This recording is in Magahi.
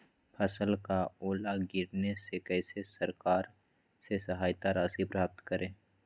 फसल का ओला गिरने से कैसे सरकार से सहायता राशि प्राप्त करें?